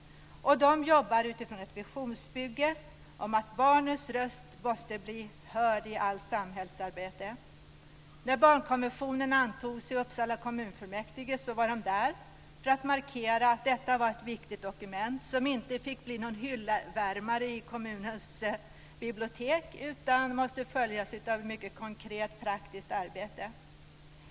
De jobbar utifrån ett visionsbygge om att barnens röst måste bli hörd i allt samhällsarbete. När barnkonventionen antogs i Uppsala kommunfullmäktige var de där för att markera att detta var ett viktigt dokument som inte fick bli hyllvärmare i kommunens bibliotek utan måste följas upp av mycket konkret praktiskt arbete.